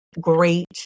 Great